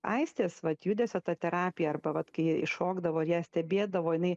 aistės vat judesio ta terapija arba vat kai šokdavo ją stebėdavo jinai